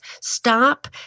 Stop